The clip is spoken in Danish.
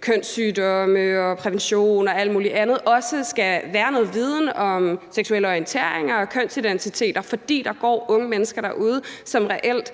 kønssygdomme, prævention og alt muligt andet også skal være noget viden om seksuelle orienteringer og kønsidentitet, fordi der går unge mennesker derude, som reelt